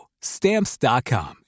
Stamps.com